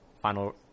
final